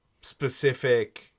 specific